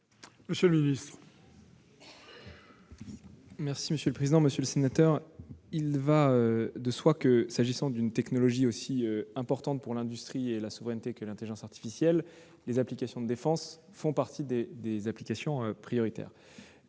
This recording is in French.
! La parole est à M. le secrétaire d'État. Il va de soi que, s'agissant d'une technologie aussi importante pour l'industrie et la souveraineté que l'intelligence artificielle, les applications de défense font partie des applications prioritaires.